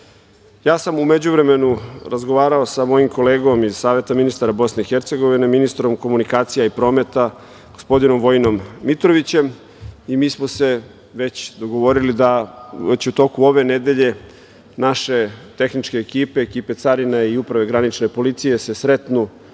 sam u međuvremenu razgovarao sa mojim kolegom iz Saveta ministara BiH, ministrom komunikacija i prometa, gospodinom Vojinom Mitrovićem i mi smo se već dogovorili da već u toku ove nedelje naše tehničke ekipe, ekipe carina i Uprave granične policije se sretnu